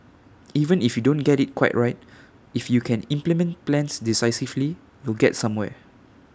even if you don't get IT quite right if you can implement plans decisively you get somewhere